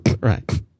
Right